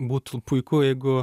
būtų puiku jeigu